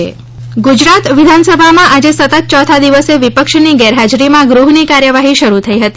ગુજરાત વિધાનસભા ગુજરાત વિધાનસભામાં આજે સતત ચોથા દિવસે વિપક્ષની ગેરહાજરીમાં ગૃહની કાર્યવાહી શરૂ થઈ હતી